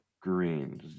green